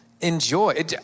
Enjoy